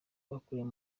bakoreye